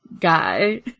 guy